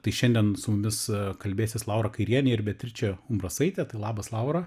tai šiandien su mumis kalbėsis laura kairienė ir beatričė brasaitė tai labas laura